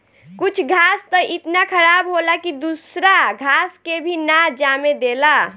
कुछ घास त इतना खराब होला की दूसरा घास के भी ना जामे देला